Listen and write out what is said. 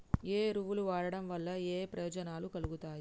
ఏ ఎరువులు వాడటం వల్ల ఏయే ప్రయోజనాలు కలుగుతయి?